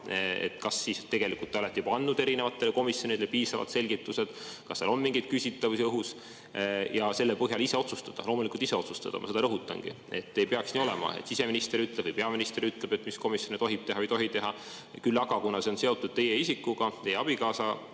kas te tegelikult olete juba andnud erinevatele komisjonidele piisavaid selgitusi, kas seal on mingeid küsitavusi õhus, ja selle põhjal ise otsustada. Loomulikult ise otsustada – ma seda rõhutangi, et ei peaks nii olema, et siseminister ja peaminister ütlevad, mis komisjone tohib teha või ei tohi teha. Küll aga, kuna see on seotud teie isikuga, teie abikaasa